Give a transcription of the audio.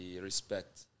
respect